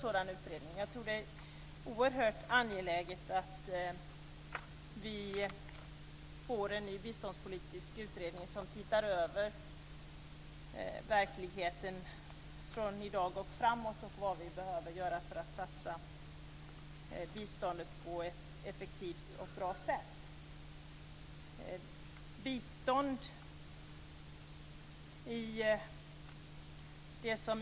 Jag tror att det oerhört angeläget att vi får en ny biståndspolitisk utredning som tittar över verkligheten från i dag och framåt och vad vi behöver göra för att kunna satsa biståndsmedlen på ett effektivt och bra sätt.